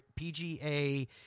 PGA